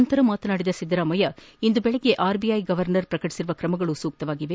ನಂತರ ಮಾತನಾಡಿದ ಸಿದ್ದರಾಮಯ್ಯ ಇಂದು ಬೆಳಗ್ಗೆ ಆರ್ಬಿಐ ಗವನ್ನರ್ ಪ್ರಕಟಿಸಿರುವ ತ್ರಮಗಳು ಸಹ ಸೂಕ್ತವಾಗಿವೆ